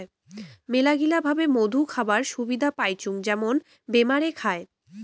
মেলাগিলা ভাবে মধু খাবারের সুবিধা পাইচুঙ যেমন বেমারে খায়